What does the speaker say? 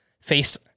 faced